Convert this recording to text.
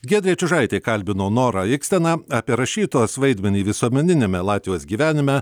giedrė čiužaitė kalbino norą iksteną apie rašytojos vaidmenį visuomeniniame latvijos gyvenime